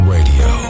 Radio